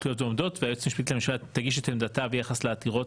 המשפטית לממשלה תגיש את עמדתה ביחס לעתירות